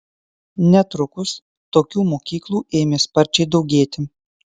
netrukus tokių mokyklų ėmė sparčiai daugėti